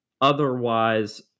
otherwise